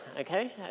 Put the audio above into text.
Okay